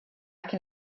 can